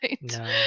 No